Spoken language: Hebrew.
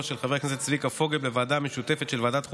של חבר הכנסת צביקה פוגל בוועדה המשותפת של ועדת החוקה,